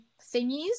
thingies